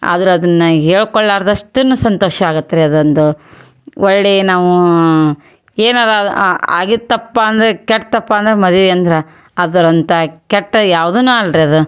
ಆದ್ರೆ ಅದನ್ನು ಹೇಳ್ಕೊಳ್ಳಾರ್ದಷ್ಟು ಸಂತೋಷ ಆಗತ್ತೆ ರೀ ಅದೊಂದು ಹೊಳ್ಳಿ ನಾವು ಏನಾರೂ ಅದು ಆಗಿತ್ತಪ್ಪ ಅಂದರೆ ಕೆಡ್ತಪ್ಪ ಅಂದರೆ ಮದ್ವೆ ಅಂದ್ರೆ ಅದರಂಥ ಕೆಟ್ಟ ಯಾವ್ದು ಅಲ್ಲ ರೀ ಅದು